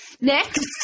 next